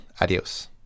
Adios